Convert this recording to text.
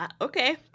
okay